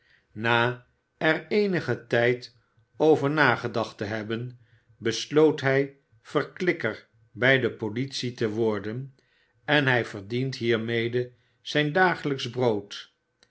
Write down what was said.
na er eenigen tijd over nagedacht te hebben besloot hij verklikker bij de politie te worden en hij verdient hiermede zijn dagelijksch brood